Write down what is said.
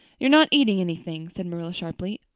you're not eating anything, said marilla sharply,